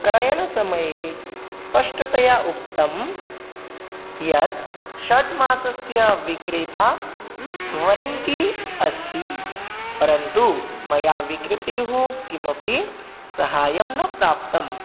क्रयणसमये स्पष्टतया उक्तं यत् षट्मासस्य विक्रेता वरण्टी अस्ति परन्तु मया विक्रेतुः किमपि साहाय्यं न प्राप्तं